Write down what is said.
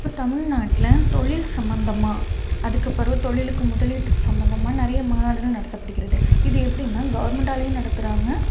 இப்போ தமிழ்நாட்டில தொழில் சம்மந்தமாக அதுக்குபிறகு தொழிலுக்கு முதலீட்டுக்கு சம்மந்தமாக நிறைய மாநாடுகள் நடத்தப்படுகிறது இது எப்படின்னா கவர்மெண்டாலையும் நடத்துகிறாங்க